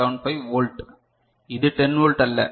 6875 volt இது 10 volt அல்ல இது 9